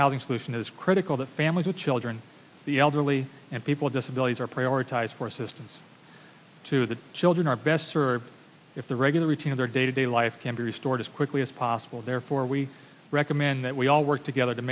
housing solution is critical that families with children the elderly and people disabilities are prioritized for assistance to the children are best served if the regular routine of their day to day life can be restored as quickly as possible therefore we recommend that we all work together to